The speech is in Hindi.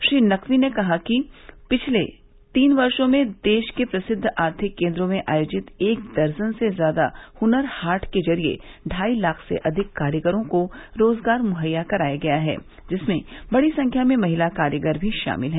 श्री नकवी ने कहा कि पिछले तीन वर्षो में देश के प्रसिद्ध आर्थिक केन्द्रों में आयोजित एक दर्जन से ज्यादा हुनर हाट के जरिये ढाई लाख से अधिक कारीगरों को रोजगार मुहैया कराया गया है जिनमें बड़ी संख्या में महिला कारीगर भी शामिल है